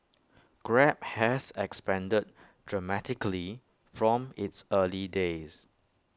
grab has expanded dramatically from its early days